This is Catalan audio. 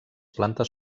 plantes